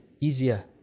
easier